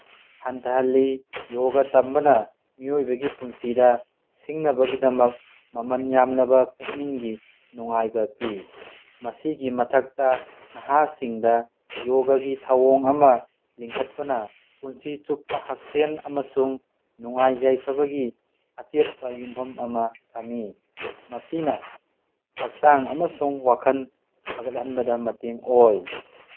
ꯍꯟꯊꯍꯜꯂꯤ ꯌꯣꯒ ꯇꯝꯕꯅ ꯃꯤꯑꯣꯏꯕꯒꯤ ꯄꯨꯟꯁꯤꯗ ꯁꯤꯡꯅꯕꯒꯤꯗꯃꯛ ꯃꯃꯜ ꯌꯥꯝꯂꯕ ꯄꯨꯛꯅꯤꯡꯒꯤ ꯅꯨꯡꯉꯥꯏꯕ ꯄꯤ ꯃꯁꯤꯒꯤ ꯃꯊꯛꯇ ꯅꯍꯥꯁꯤꯡꯗ ꯌꯣꯒꯒꯤ ꯊꯧꯑꯣꯡ ꯑꯃ ꯂꯤꯡꯈꯠꯄꯅ ꯄꯨꯟꯁꯤ ꯆꯨꯞꯄ ꯍꯛꯁꯦꯜ ꯑꯃꯁꯨꯡ ꯅꯨꯡꯉꯥꯏ ꯌꯥꯏꯐꯕꯒꯤ ꯑꯆꯦꯠꯄ ꯌꯨꯝꯐꯝ ꯑꯃ ꯊꯝꯃꯤ ꯃꯁꯤꯅ ꯍꯛꯆꯥꯡ ꯑꯃꯁꯨꯡ ꯋꯥꯈꯜ ꯐꯒꯠꯍꯟꯕꯗ ꯃꯇꯦꯡ ꯑꯣꯏ